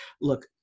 look